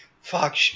Fuck